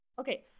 Okay